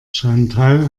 chantal